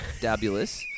Dabulous